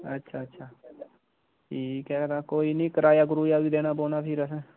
अच्छा अच्छा ठीक ऐ तां कोई निं कराया करुया बी देने पौना फ्ही असें